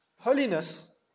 Holiness